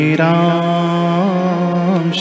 Ram